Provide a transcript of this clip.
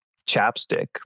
chapstick